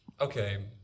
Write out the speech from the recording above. okay